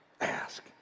Ask